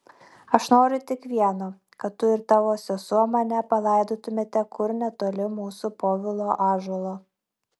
aš noriu tik vieno kad tu ir tavo sesuo mane palaidotumėte kur netoli mūsų povilo ąžuolo